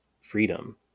freedom